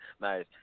Nice